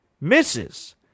misses